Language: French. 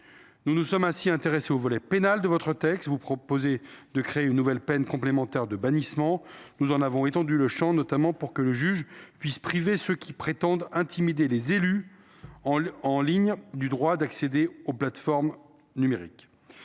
Nous nous sommes aussi intéressés au volet pénal de votre texte. Vous proposez de créer une nouvelle peine complémentaire de « bannissement ». Nous en avons étendu le champ, notamment pour que le juge puisse priver ceux qui prétendent intimider les élus en ligne du droit d’accéder aux plateformes numériques.